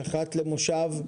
אחת למושב,